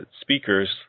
speakers